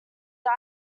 dye